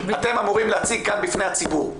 אתם אמורים להציג כאן, בפני הציבור.